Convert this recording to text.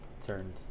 turned